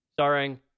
starring